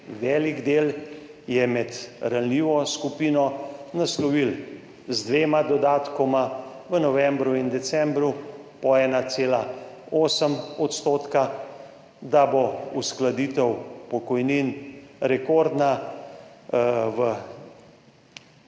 velik del spada med ranljive skupine, naslovili z dvema dodatkoma v novembru in decembru po 1,8 %, da bo uskladitev pokojnin rekordna, v